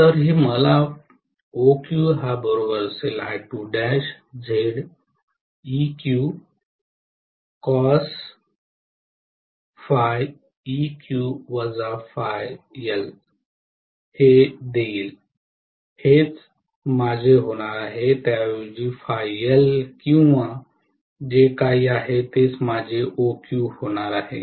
तर हे मला देईल हेच माझे होणार आहे त्याऐवजी किंवा जे काही आहे तेच माझे OQ होणार आहे